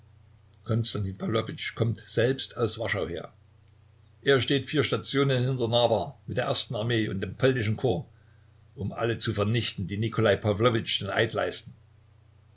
kommt selbst aus warschau her er steht vier stationen hinter narwa mit der ersten armee und dem polnischen korps um alle zu vernichten die nikolai pawlowitsch den eid leisten